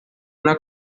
una